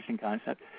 concept